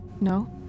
No